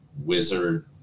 Wizard